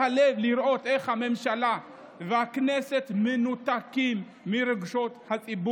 קודמה על ידי עוד בכנסת הקודמת בהשראת יוזמה מבורכת של ארגון